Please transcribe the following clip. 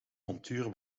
montuur